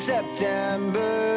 September